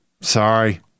sorry